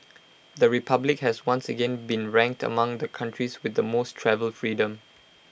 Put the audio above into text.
the republic has once again been ranked among the countries with the most travel freedom